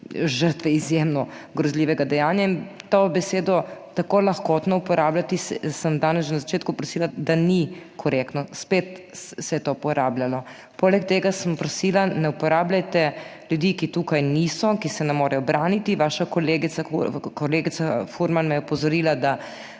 žrtve izjemno grozljivega dejanja in to besedo tako lahkotno uporabljati, sem danes že na začetku prosila, da ni korektno. Spet se je to uporabljalo. Poleg tega sem prosila, ne uporabljajte ljudi, ki tukaj niso, ki se ne morejo braniti. Vaša kolegica, kolegica Furman me je opozorila, da